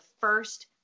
first